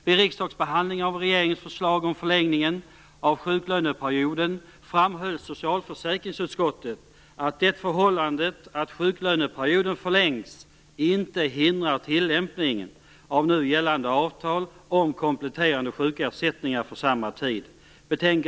Vid riksdagsbehandlingen av regeringens förslag om förlängningen av sjuklöneperioden framhöll socialförsäkringsutskottet att det förhållandet att sjuklöneperioden förlängs inte hindrar tillämpningen av nu gällande avtal om kompletterande sjukersättningar för samma tid.